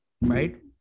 right